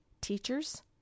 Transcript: teachers